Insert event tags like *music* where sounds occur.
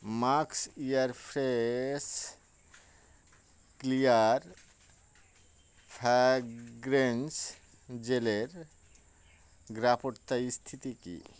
max air fresh clear fragrance জেলের *unintelligible* স্থিতি কী